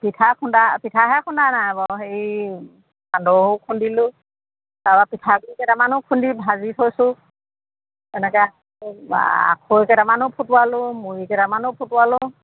পিঠা খুন্দা পিঠাহে খুন্দা নাই বাৰু হেৰি সান্দহো খুন্দিলোঁ তাৰপৰা পিঠাগুৰি কেইটামানো খুন্দি ভাজি থৈছোঁ এনেকৈ আখৈ কেইটামানো ফুটোৱালোঁ মুড়ি কেইটামানো ফুটোৱালোঁ